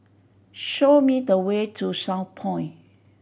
show me the way to Southpoint